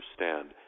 understand